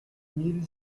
mille